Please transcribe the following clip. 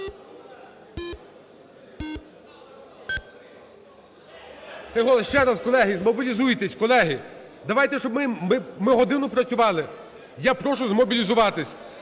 Ще раз, колеги, замобілізуйтеся, колеги. Давайте, щоб ми… ми годину працювали. Я прошу змобілізуватися.